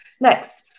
next